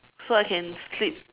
so I can sleep